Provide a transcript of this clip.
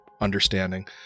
understanding